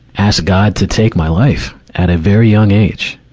ask god to take my life at a very young age.